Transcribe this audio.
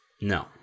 No